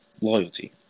loyalty